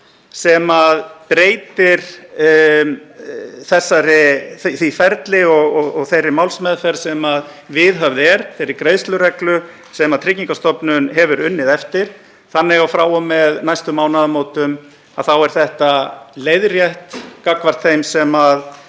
sem breytir því ferli og þeirri málsmeðferð sem viðhöfð er, þeirri greiðslureglu sem Tryggingastofnun hefur unnið eftir, þannig að frá og með næstu mánaðamótum er þetta leiðrétt gagnvart þeim sem